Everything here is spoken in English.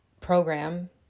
program